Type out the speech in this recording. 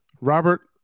Robert